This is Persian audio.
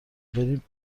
بریم